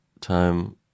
time